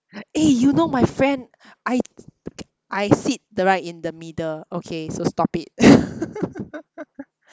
eh you know my friend I I sit the right in the middle okay so stop it